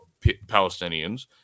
palestinians